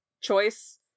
choice